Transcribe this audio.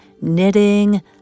knitting